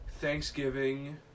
Thanksgiving